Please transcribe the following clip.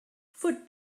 foot